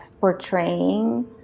portraying